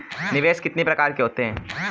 निवेश कितनी प्रकार के होते हैं?